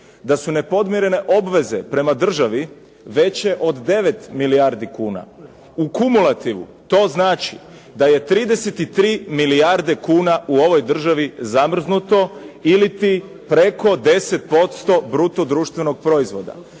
DA su nepodmirene obveze prema državi veće od 9 milijardi kuna. U kumulativu to znači da je 33 milijarde kuna u ovoj državi zamrznuto, iliti preko 10% bruto društvenog proizvoda.